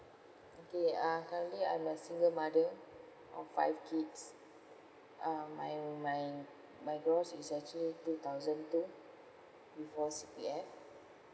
okay uh currently I'm a single mother of five kids um my my my gross is actually two thousand two before C_P_F